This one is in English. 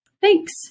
Thanks